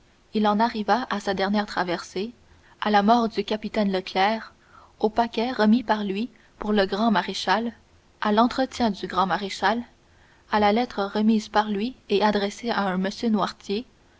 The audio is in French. il en arriva à sa dernière traversée à la mort du capitaine leclère au paquet remis par lui pour le grand maréchal à l'entrevue du grand maréchal à la lettre remise par lui et adressée à un m noirtier